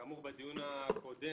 כאמור, בדיון הקודם